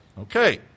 Okay